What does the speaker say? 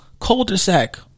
cul-de-sac